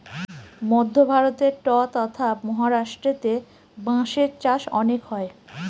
মধ্য ভারতে ট্বতথা মহারাষ্ট্রেতে বাঁশের চাষ অনেক হয়